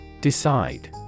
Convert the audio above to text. Decide